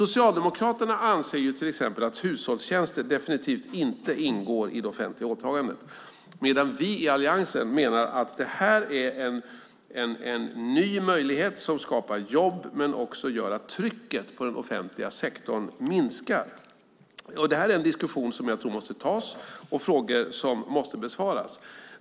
Socialdemokraterna anser till exempel att hushållstjänster definitivt inte ingår i det offentliga åtagandet, medan vi i Alliansen menar att det här är en ny möjlighet som skapar jobb och gör att trycket på den offentliga sektorn minskar. Det här är en diskussion som måste tas och frågor som måste besvaras.